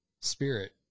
Spirit